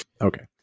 Okay